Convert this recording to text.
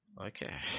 Okay